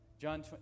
John